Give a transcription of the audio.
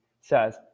says